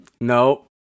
no